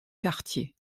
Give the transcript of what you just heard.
quartiers